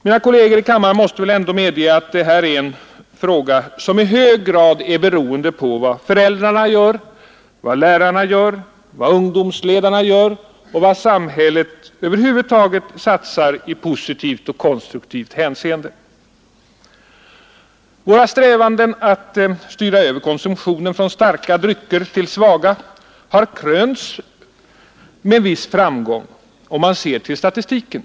Mina kolleger i kammaren måste väl ändå medge att det här är en fråga som i hög grad är beroende på vad föräldrarna gör, vad lärarna gör, vad ungdomsledarna gör och vad samhället över huvud taget satsar i positivt och konstruktivt hänseende. Våra strävanden att styra över konsumtionen från starka drycker till svaga har krönts med en viss framgång, om man ser till statistiken.